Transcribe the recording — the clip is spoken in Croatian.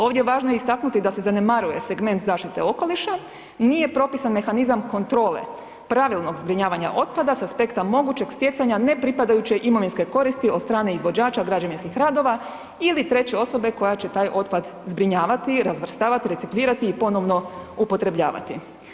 Ovdje je važno istaknuti da se zanemaruje segment zaštite okoliša, nije propisan mehanizam kontrole pravilnog zbrinjavanja otpada s aspekta mogućeg stjecanja ne pripadajuće imovinske koristi od strane izvođača građevinskih radova ili treće osobe koja će taj otpad zbrinjavati, razvrstavati, reciklirati i ponovno upotrebljavati.